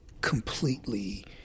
completely